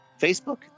Facebook